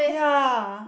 yeah